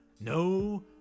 No